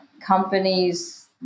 companies